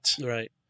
Right